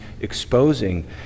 exposing